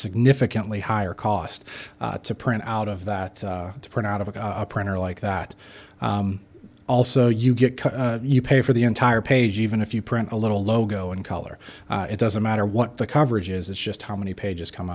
significantly higher cost to print out of that to print out of a printer like that also you get you pay for the entire page even if you print a little logo and color it doesn't matter what the coverage is it's just how many pages come